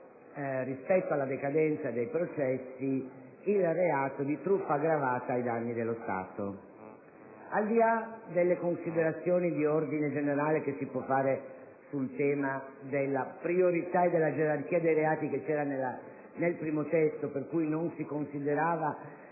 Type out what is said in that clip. rispetto alla decadenza dei processi, il reato di truffa aggravata ai danni dello Stato. Al di là delle considerazioni di ordine generale che si possono avanzare sul tema della priorità e della gerarchia dei reati, per cui nel primo testo non si considerava